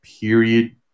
period